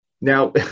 Now